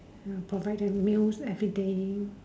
provide them meals everyday